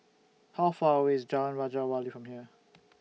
How Far away IS Jalan Raja Wali from here